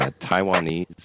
Taiwanese